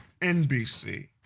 NBC